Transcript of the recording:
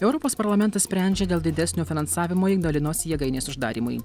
europos parlamentas sprendžia dėl didesnio finansavimo ignalinos jėgainės uždarymui